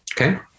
okay